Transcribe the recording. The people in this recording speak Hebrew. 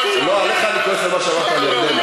לא, עליך אני כועס על מה שאמרת על ירדנה.